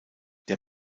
der